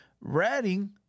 ratting